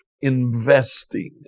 investing